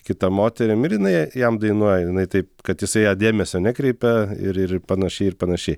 kita moterim ir jinai jam dainuoja ir jinai taip kad jisai į ją dėmesio nekreipia ir ir panašiai ir panašiai